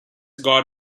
got